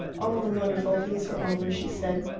all the wonderful things are over, she said.